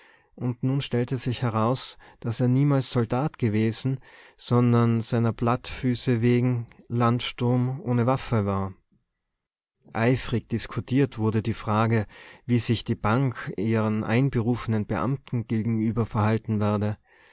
sein nun stellte es sich heraus daß er niemals soldat gewesen sondern seiner plattfüße wegen landsturm ohne waffe war eifrig diskutiert wurde die frage wie sich die bank ihren einberufenen beamten gegenüber verhalten werde